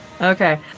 Okay